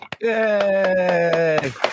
Yay